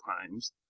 times